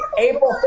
April